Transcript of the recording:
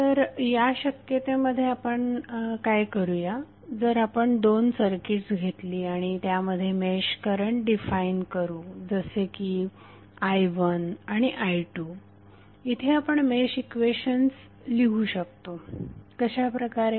तर या शक्यतेमध्ये आपण काय करूया जर आपण दोन सर्किट्स घेतली आणि त्यामध्ये मेश करंट डिफाइन करू जसे की i1आणि i2इथे आपण मेश इक्वेशन्स लिहू शकतो कशाप्रकारे